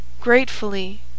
Gratefully